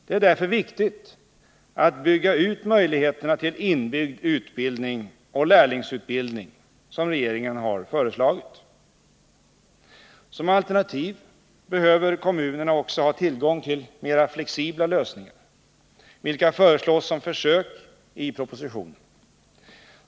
Det är därför viktigt att möjligheterna till inbyggd utbildning och lärlingsutbildning byggs ut, som regeringen har föreslagit. Som alternativ behöver kommunerna också ha tillgång till mera flexibla lösningar, vilka i propositionen föreslås som försök.